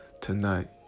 tonight